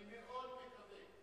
אני מאוד מקווה,